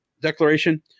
declaration